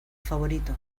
favorito